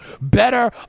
better